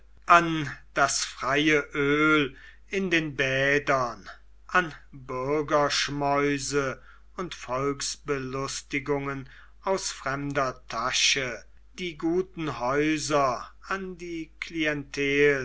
an das freie öl in den bädern an bürgerschmäuse und volksbelustigungen aus fremder tasche die guten häuser an die